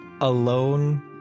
alone